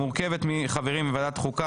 המורכבת מחברים בוועדת החוקה,